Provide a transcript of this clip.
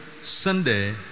Sunday